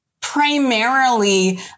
primarily